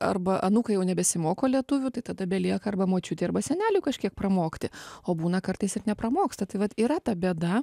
arba anūkai jau nebesimoko lietuvių tai tada belieka arba močiutei arba seneliui kažkiek pramokti o būna kartais ir nepramoksta tai vat yra ta bėda